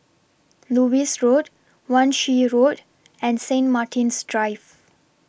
Lewis Road Wan Shih Road and Saint Martin's Drive